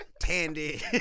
Tandy